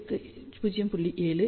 8 0